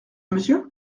monsieur